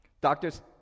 Doctors